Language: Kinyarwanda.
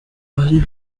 bari